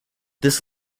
this